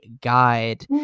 Guide